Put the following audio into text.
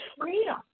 freedom